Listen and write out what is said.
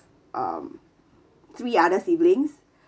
um three other siblings